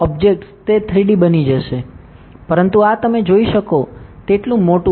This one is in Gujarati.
બ્જેક્ટ્સ તે 3D બની જશે પરંતુ આ તમે જોઈ શકો તેટલું મોટું છે